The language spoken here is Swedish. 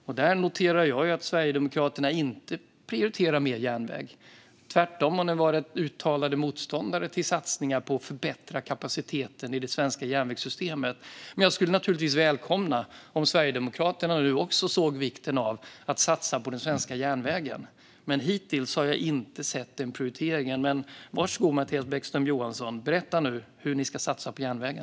Jag noterar att Sverigedemokraterna inte prioriterar mer järnväg. Tvärtom har ni varit uttalade motståndare till satsningar på att förbättra kapaciteten i det svenska järnvägssystemet. Jag skulle naturligtvis välkomna om Sverigedemokraterna nu också kunde se vikten av att satsa på den svenska järnvägen. Men hittills har jag inte sett den prioriteringen. Var så god, Mattias Bäckström Johansson, berätta nu hur ni ska satsa på järnvägen.